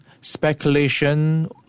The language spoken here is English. speculation